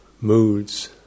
moods